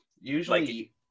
usually